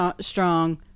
strong